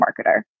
marketer